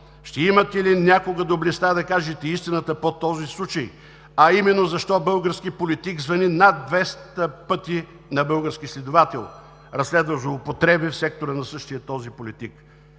Ще имате ли някога доблестта да кажете истината по този случай, а именно: защо български политик звъни над 200 пъти на български следовател, разследващ злоупотреби в сектора на същия този политик?